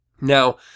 Now